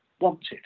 wanted